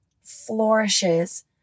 flourishes